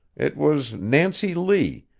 it was nancy lee,